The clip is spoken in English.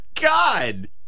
God